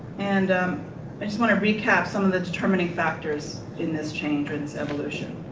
and i just want to recap some of the determining factors in this change or its evolution.